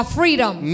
freedom